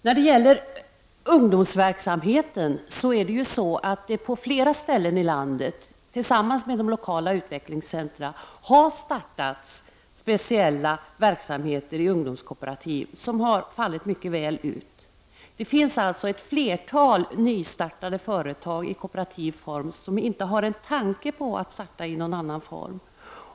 På flera ställen i landet har det tillsammans med de lokala utvecklingscentra startats speciella verksamheter med ungdomskooperativ, som har fallit mycket väl ut. Det finns alltså ett flertal nystartade företag i kooperativ form där ägarna inte har någon tanke på att starta i någon annan form.